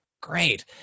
great